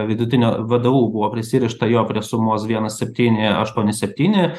vidutinio vdu buvo prisirišta jo prie sumos vienas septyni aštuoni septyni